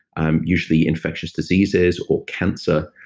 um usually, infectious diseases or cancer.